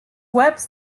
web